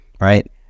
right